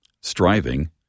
Striving